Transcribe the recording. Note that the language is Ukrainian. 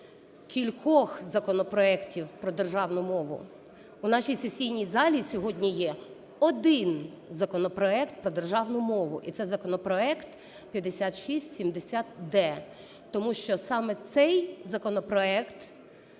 кількох законопроектів про державну мову, у нашій сесійній залі сьогодні є один законопроект про державну мову і це законопроект 5670-д. Тому що саме цей законопроект